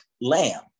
lamb